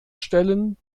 stellen